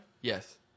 Yes